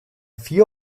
vier